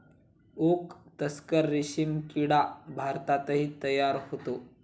okay tussar रेशीम किडा भारतातही तयार होतो